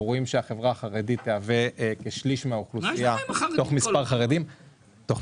אנחנו רואים שהחברה החרדית תהווה כשליש מהאוכלוסייה תוך מספר עשורים,